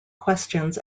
questions